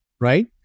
right